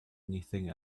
anything